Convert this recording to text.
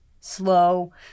slow